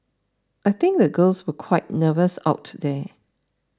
I think the girls were quite nervous out there